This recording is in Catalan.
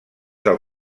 del